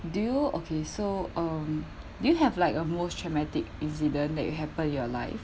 do you okay so um do you have like a most traumatic incident that you happened in your life